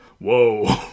whoa